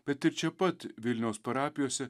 bet ir čia pat vilniaus parapijose